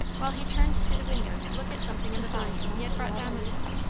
while he turned to the window to look at something in the volume he had brought down with him.